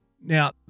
Now